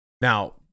Now